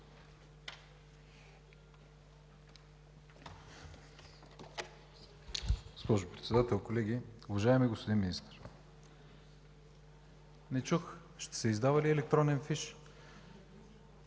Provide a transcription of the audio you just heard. Госпожо Председател, колеги! Уважаеми господин Министър, не чух: ще се издава ли електронен фиш?